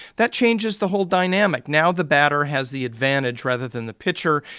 that changes the whole dynamic. now the batter has the advantage rather than the pitcher.